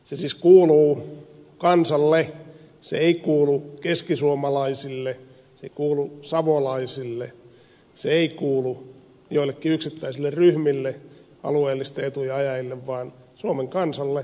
se siis kuuluu kansalle se ei kuulu keskisuomalaisille se ei kuulu savolaisille se ei kuulu joillekin yksittäisille ryhmille alueellisten etujen ajajille vaan suomen kansalle kokonaisuutena